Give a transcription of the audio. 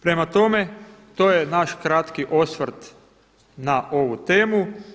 Prema tome, to je naš kratki osvrt na ovu temu.